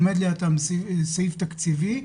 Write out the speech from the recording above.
עומד לידן סעיף תקציבי,